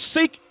seek